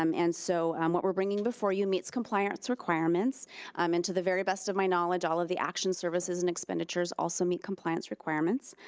um and so, um what we're bringing before you meets compliance requirements um and to the very best of my knowledge all of the action services and expenditures also meet compliance requirements